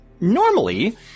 Normally